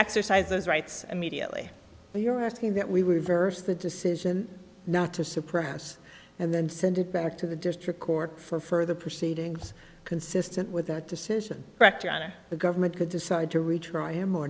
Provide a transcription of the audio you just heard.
exercises rights immediately but you're asking that we were vers the decision not to suppress and then send it back to the district court for further proceedings consistent with the decision correct on it the government could decide to retry him or